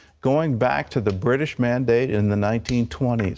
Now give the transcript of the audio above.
going back to the british mandate in the nineteen twenty s.